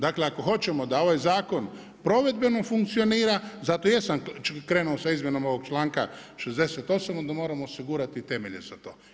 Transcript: Dakle, ako hoćemo da ovaj zakon provedbeno funkcionira zato jesam krenuo sa izmjenom ovog članka 68. onda moramo osigurati temelje za to.